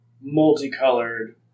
multicolored